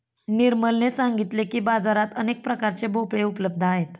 निर्मलने सांगितले की, बाजारात अनेक प्रकारचे भोपळे उपलब्ध आहेत